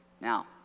Now